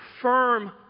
firm